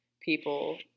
people